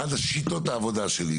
אחת משיטות העבודה שלי,